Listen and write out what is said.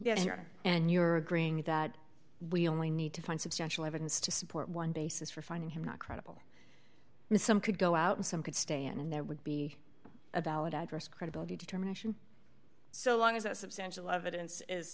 here and you are agreeing that we only need to find substantial evidence to support one basis for finding him not credible and some could go out and some could stand and there would be a valid address credibility determination so long as that substantial evidence is